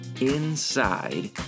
inside